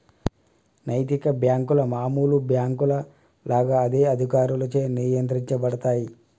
నైతిక బ్యేంకులు మామూలు బ్యేంకుల లాగా అదే అధికారులచే నియంత్రించబడతయ్